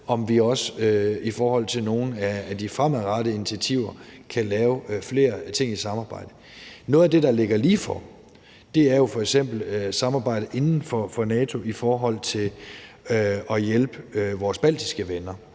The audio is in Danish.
om vi også i forhold til nogle af de fremadrettede initiativer kan lave flere ting i samarbejde. Noget af det, der ligger ligefor, er jo f.eks. samarbejdet inden for NATO i forhold til at hjælpe vores baltiske venner.